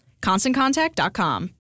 ConstantContact.com